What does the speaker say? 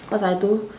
cause I do